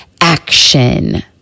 action